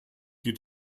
geht